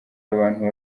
abantu